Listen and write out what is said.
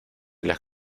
las